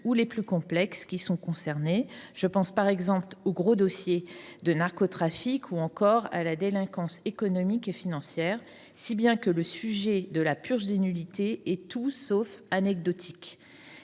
ou les plus complexes qui sont concernées – je pense, par exemple, aux « gros » dossiers de narcotrafic, ou encore à la délinquance économique et financière –, si bien que le sujet de la purge des nullités est tout sauf anecdotique.